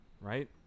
right